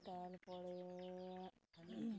ᱛᱟᱨᱯᱚᱨᱮ